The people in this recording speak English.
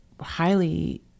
highly